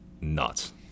nuts